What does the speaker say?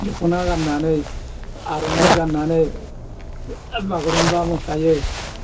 दख'ना गान्नानै आर'नाइ गान्नानै बागुरुम्बा मोसायो